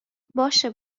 باشه